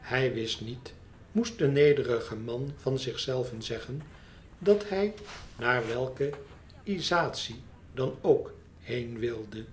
hij wist niet moest de nederige man van zich zelven zeggen dat hij naar welke lisatie dan ook heen wilde